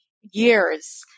years